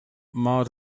maar